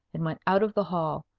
and went out of the hall,